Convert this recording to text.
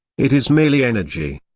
it is merely energy.